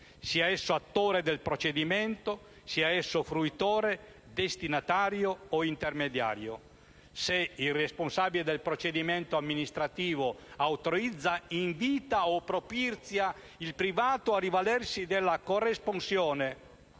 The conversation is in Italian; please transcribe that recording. sia esso attore del procedimento, sia esso fruitore, destinatario o intermediario. Se il responsabile del procedimento amministrativo autorizza, invita o propizia il privato a rivalersi della corresponsione